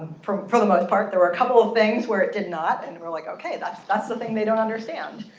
for the most part. there were a couple of things where it did not. and we're like, ok, that's that's the thing they don't understand.